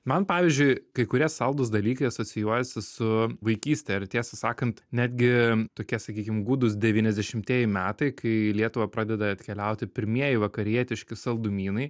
man pavyzdžiui kai kurie saldūs dalykai asocijuojasi su vaikyste ir tiesą sakant netgi tokie sakykim gūdūs devyniasdešimtieji metai kai į lietuvą pradeda atkeliauti pirmieji vakarietiški saldumynai